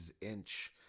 Inch